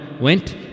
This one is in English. went